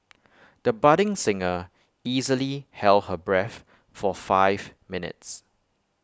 the budding singer easily held her breath for five minutes